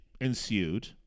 ensued